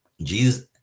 Jesus